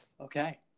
Okay